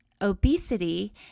obesity